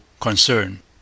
concern